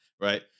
Right